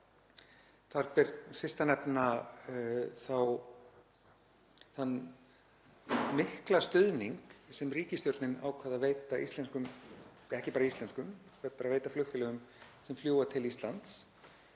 Þar ber fyrst að nefna þann mikla stuðning sem ríkisstjórnin ákvað að veita íslenskum — ekki bara íslenskum heldur veita flugfélögum sem fljúga til Íslands